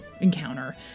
encounter